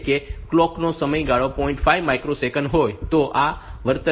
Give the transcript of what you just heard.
5 microsecond હોય તો આ આવર્તન તે મુજબ 10